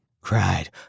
cried